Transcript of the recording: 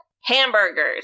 hamburgers